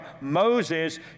Moses